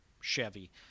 Chevy